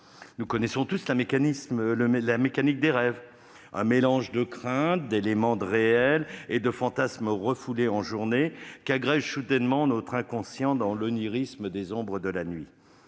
Nous connaissons tous la mécanique des rêves : un mélange de craintes, d'éléments réels et de fantasmes refoulés en journée, qu'agrège soudainement notre inconscient dans l'onirisme des ombres de la nuit.